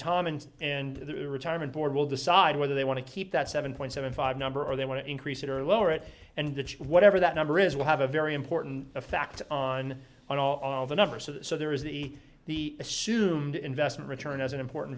tom and and the retirement board will decide whether they want to keep that seven point seven five number or they want to increase it or lower it and whatever that number is we'll have a very important fact on on all the numbers so there is the the assumed investment return as an important